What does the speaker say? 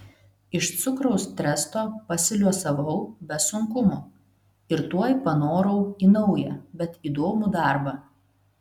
iš cukraus tresto pasiliuosavau be sunkumų ir tuoj panorau į naują bet įdomų darbą